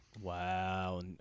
Wow